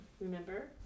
remember